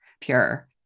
pure